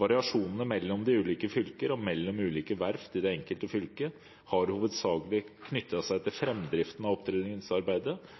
Variasjonene mellom de ulike fylkene og mellom ulike verft i det enkelte fylket har hovedsakelig knyttet seg til framdriften av